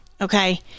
Okay